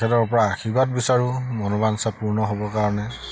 তেখেতৰ পৰা আশীৰ্বাদ বিচাৰোঁ মনোবাঞ্ছা পূৰ্ণ হ'বৰ কাৰণে